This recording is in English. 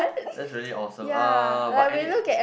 that's really awesome uh but any